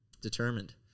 determined